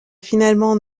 finalement